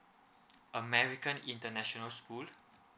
american international school